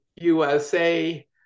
USA